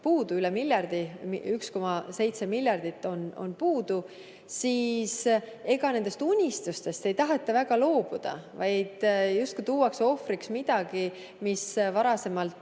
puudu, üle miljardi, 1,7 miljardit on puudu, siis ega nendest unistustest ei taheta väga loobuda, vaid justkui tuuakse ohvriks midagi, mis varasemalt